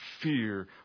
fear